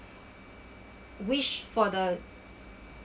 wish for the